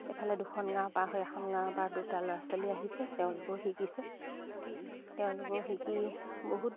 এইফালে দুখন গাঁও পাৰ হৈ এখন গাঁৱৰপৰা দুটা ল'ৰা ছোৱালী আহিছে তেওঁলোকেও শিকিছে তেওঁলোকেও শিকি বহুত